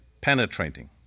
penetrating